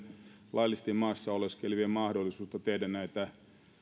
laillisesti maassa oleskelevien mahdollisuudesta tehdä myös näitä